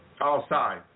outside